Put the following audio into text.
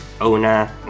owner